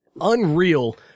unreal